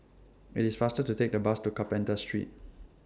IT IS faster to Take The Bus to Carpenter Street